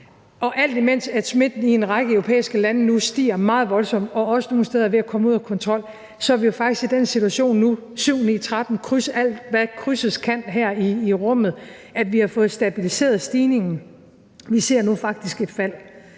Og alt imens smitten i en række europæiske lande nu stiger meget voldsomt og også nogle steder er ved at komme ud af kontrol, så er vi jo faktisk i den situation nu – syv-ni-tretten! Kryds alt, hvad krydses kan, her i rummet – at vi har fået stabiliseret stigningen. Vi ser nu faktisk et fald.